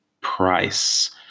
price